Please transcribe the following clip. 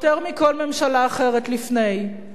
יותר מכל ממשלה אחרת לפניה,